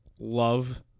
love